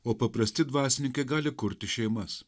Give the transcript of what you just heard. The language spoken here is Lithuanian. o paprasti dvasininkai gali kurti šeimas